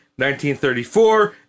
1934